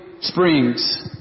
springs